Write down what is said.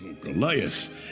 Goliath